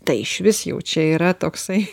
tai išvis jau čia yra toksai